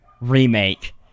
remake